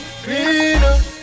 Cleaner